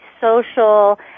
social